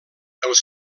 els